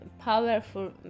powerful